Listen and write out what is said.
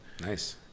Nice